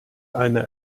eine